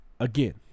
Again